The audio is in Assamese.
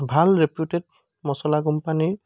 ভাল ৰেপুটেড মছলা কোম্পানী